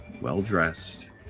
well-dressed